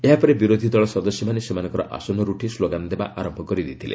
ଏହାପରେ ବିରୋଧୀ ଦଳ ସଦସ୍ୟମାନେ ସେମାନଙ୍କର ଆସନରୁ ଉଠି ସ୍କୋଗାନ୍ ଦେବା ଆରମ୍ଭ କରିଦେଇଥିଲେ